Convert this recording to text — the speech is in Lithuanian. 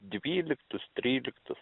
dvyliktus tryliktus